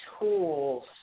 tools